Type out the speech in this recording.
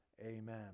Amen